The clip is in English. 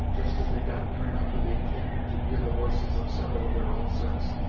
just as they got near enough to the encampment to hear the voices of several of their own sex,